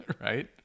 right